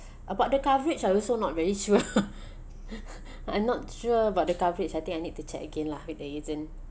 about the coverage I also not very sure I'm not sure about the coverage I think I need to check again lah with the agent